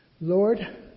Lord